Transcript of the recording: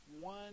one